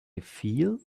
feel